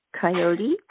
coyote